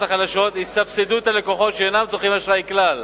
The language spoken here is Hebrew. החלשות יסבסדו את הלקוחות שאינם צורכים אשראי כלל